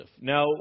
Now